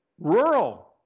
Rural